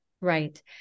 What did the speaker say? Right